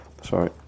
Sorry